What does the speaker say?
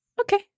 Okay